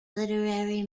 literary